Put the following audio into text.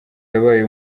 yabaye